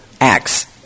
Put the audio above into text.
Acts